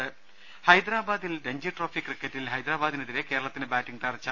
രുട്ട്ട്ട്ട്ട്ട്ട്ട്ട ഹൈദരാബാദിൽ രഞ്ജി ട്രോഫി ക്രിക്കറ്റിൽ ഹൈദരാബാദിനെതിരെ കേരളത്തിന് ബാറ്റിംഗ് തകർച്ച